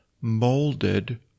molded